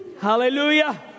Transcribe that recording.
hallelujah